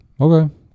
Okay